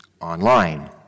Online